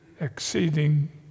exceeding